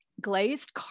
glazed